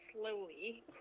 slowly